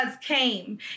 came